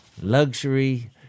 luxury